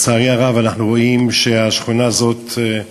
לצערי הרב, אנחנו רואים שהשכונה הזאת,